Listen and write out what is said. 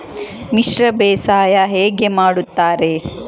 ಮಿಶ್ರ ಬೇಸಾಯ ಹೇಗೆ ಮಾಡುತ್ತಾರೆ?